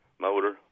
motor